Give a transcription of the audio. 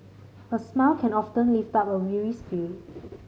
a smile can often lift up a weary spirit